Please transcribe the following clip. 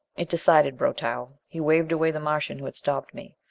it decided brotow. he waved away the martian who had stopped me.